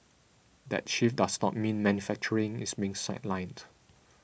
that shift does not mean manufacturing is being sidelined